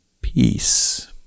peace